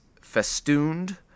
festooned